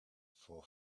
for